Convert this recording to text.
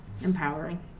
empowering